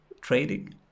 trading